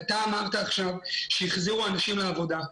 אתה אמרת עכשיו שהחזירו אנשים לעבודה.